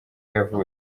yavutse